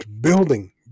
building